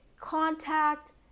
contact